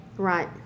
Right